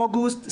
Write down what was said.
אוגוסט,